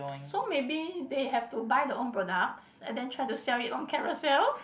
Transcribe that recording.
so maybe they have to buy the own products and then try to sell it on Carousell